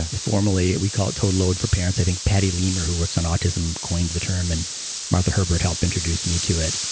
ah formally we call it total load for parents. i think patty lemer who works on autism coined the term and martha herbert helped introduce me to it.